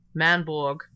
manborg